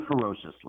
ferociously